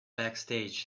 backstage